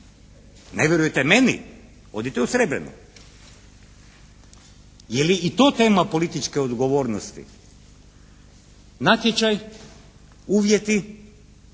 Ne vjerujete meni, odite u Srebreno. Je li i to tema političke odgovornosti? Natječaj, uvjeti,